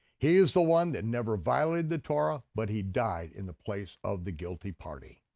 he is the one that never violated the torah, but he died in the place of the guilty party.